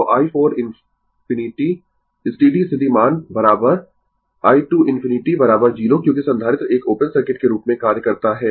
तो i 4 ∞ steady स्थिति मान i 2 ∞ 0 क्योंकि संधारित्र एक ओपन सर्किट के रूप में कार्य करता है